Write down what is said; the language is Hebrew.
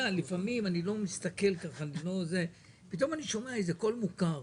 לפעמים אני לא מסתכל אבל פתאום אני שומע איזה קול מוכר